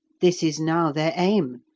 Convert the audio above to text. this is now their aim,